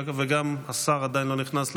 וגם השר עדיין לא נכנס למליאה.